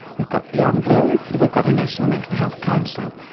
we've got beyond blue, we've got a national mental health council,